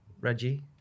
Reggie